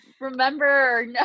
remember